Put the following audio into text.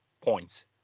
points